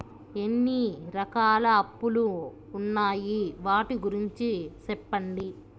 ఎన్ని రకాల అప్పులు ఉన్నాయి? వాటి గురించి సెప్పండి?